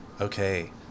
Okay